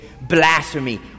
Blasphemy